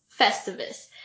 festivus